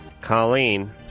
Colleen